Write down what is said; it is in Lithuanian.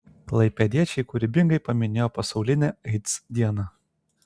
klaipėdiečiai kūrybingai paminėjo pasaulinę aids dieną